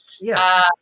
Yes